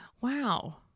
Wow